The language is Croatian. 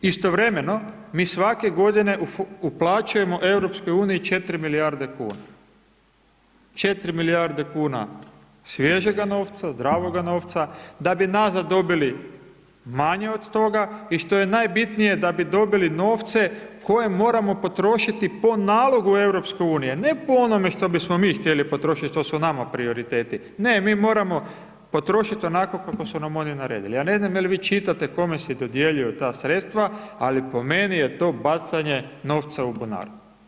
Istovremeno, mi svake godine uplaćujemo EU 4 milijarde kuna, 4 milijarde kuna svježega novca, zdravoga novca da bi nazad dobili manje od toga i što je najbitnije da bi dobili novce koje moramo potrošiti po nalogu EU, ne po onome što bismo mi htjeli potrošiti, što su nama prioriteti, ne mi moramo potrošit onako kako su nam oni naredili, ja ne znam jel vi čitate kome se dodjeljuju ta sredstva, ali po meni je to bacanje novca u bunar.